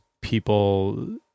people